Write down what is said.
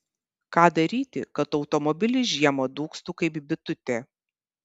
ką daryti kad automobilis žiemą dūgztų kaip bitutė